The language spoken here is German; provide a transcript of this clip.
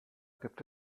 gibt